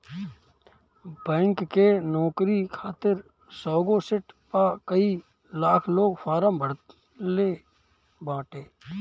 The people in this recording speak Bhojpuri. बैंक के नोकरी खातिर सौगो सिट पअ कई लाख लोग फार्म भरले बाटे